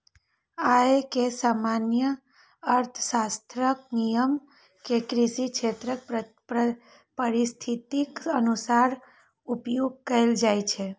अय मे सामान्य अर्थशास्त्रक नियम कें कृषि क्षेत्रक परिस्थितिक अनुसार उपयोग कैल जाइ छै